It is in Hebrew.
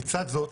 לצד זאת,